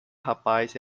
rapaz